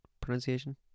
pronunciation